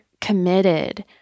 committed